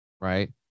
right